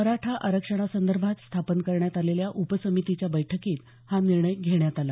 मराठा आरक्षणासंदर्भात स्थापन करण्यात आलेल्या उपसमितीच्या बैठकीत हा निर्णय घेण्यात आला